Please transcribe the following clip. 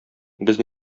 без